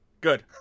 Good